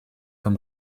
vom